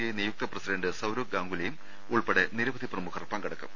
I നിയുക്ത president Sourav ഗാംഗുലിയും ഉൾപ്പെടെ നിരവധി പ്രമുഖർ പങ്കെടുക്കും